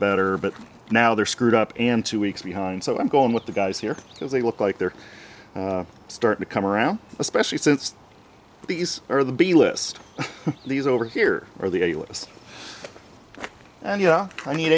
better but now they're screwed up and two weeks behind so i'm going with the guys here because they look like they're starting to come around especially since these are the b list these over here are the a list and yeah i